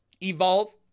evolve